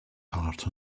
heart